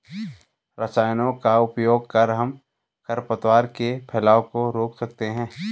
रसायनों का उपयोग कर हम खरपतवार के फैलाव को रोक सकते हैं